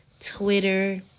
Twitter